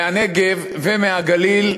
מהנגב ומהגליל,